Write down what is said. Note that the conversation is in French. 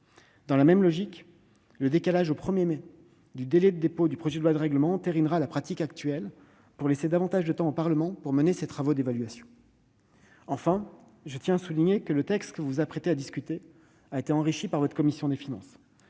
Dans la même logique, le décalage au 1 mai de la date limite de dépôt du projet de loi de règlement entérinerait la pratique actuelle pour laisser davantage de temps au Parlement de mener ses travaux d'évaluation. Enfin, le texte que vous vous apprêtez à discuter a été enrichi par votre commission des finances.